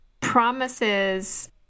promises